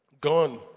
Gone